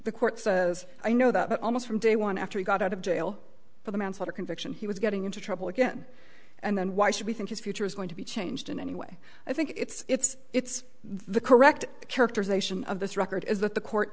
the court says i know that almost from day one after i got out of jail for them outside of conviction he was getting into trouble again and then why should we think his future is going to be changed in any way i think it's it's the correct characterization of this record is that the court